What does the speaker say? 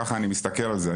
ככה אני מסתכל על זה.